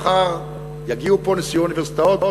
מחר יגיעו נשיאי אוניברסיטאות,